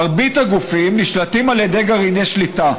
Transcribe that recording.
מרבית הגופים נשלטים על ידי גרעיני שליטה,